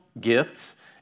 gifts